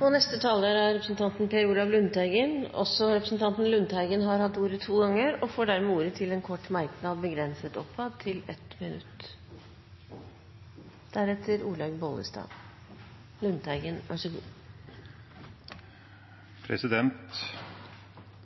Representanten Per Olaf Lundteigen har hatt ordet to ganger tidligere og får ordet til en kort merknad, begrenset til 1 minutt.